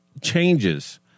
changes